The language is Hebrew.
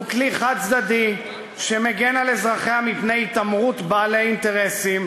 הוא כלי חד-צדדי שמגן על אזרחיה מפני התעמרות בעלי אינטרסים,